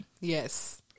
Yes